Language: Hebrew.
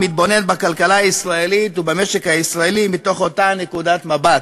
מתבונן בכלכלה הישראלית ובמשק הישראלי מתוך אותה נקודת מבט.